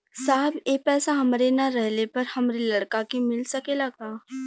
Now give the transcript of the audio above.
साहब ए पैसा हमरे ना रहले पर हमरे लड़का के मिल सकेला का?